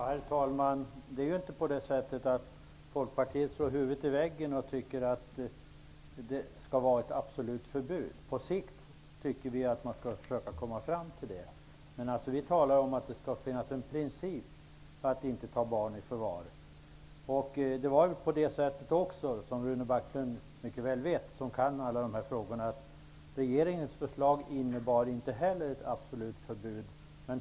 Herr talman! Folkpartiet slår inte huvudet i väggen och tycker att det skall vara ett absolut förbud. Men vi tycker att det skall vara så på sikt. Vi talar om att det skall finnas en princip om att inte ta barn i förvar. Rune Backlund, som är väl insatt i dessa frågor, vet att regeringens förslag inte heller innebar ett absolut förbud.